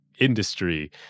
industry